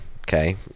okay